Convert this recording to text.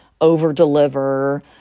over-deliver